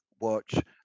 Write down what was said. watch